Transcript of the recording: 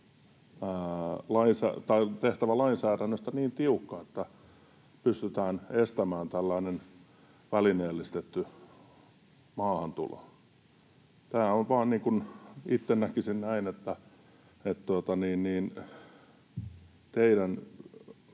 tehtävä lainsäädännöstä niin tiukka, että pystytään estämään tällainen välineellistetty maahantulo. Tämä vain on niin